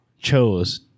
chose